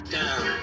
down